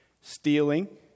Stealing